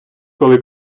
коли